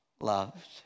loved